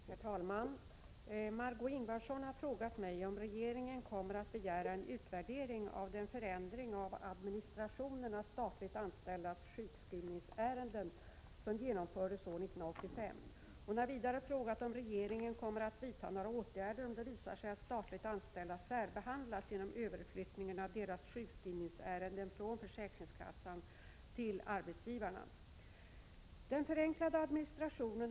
Herr talman! Hon har vidare frågat om regeringen kommer att vidta några åtgärder om det visar sig att statligt anställda särbehandlas genom överflyttningen av deras sjukskrivningsärenden från försäkringskassan till arbetsgivarna.